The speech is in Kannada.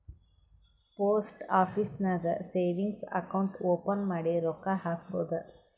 ಪೋಸ್ಟ ಆಫೀಸ್ ನಾಗ್ ಸೇವಿಂಗ್ಸ್ ಅಕೌಂಟ್ ಓಪನ್ ಮಾಡಿ ರೊಕ್ಕಾ ಹಾಕ್ಬೋದ್